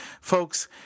folks